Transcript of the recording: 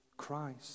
Christ